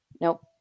Nope